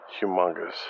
humongous